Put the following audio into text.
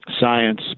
science